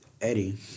Eddie